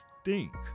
stink